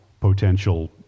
potential